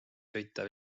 sõita